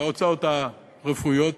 בהוצאות הרפואיות